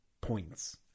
points